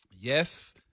Yes